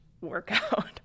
workout